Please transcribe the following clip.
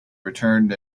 returned